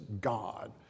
God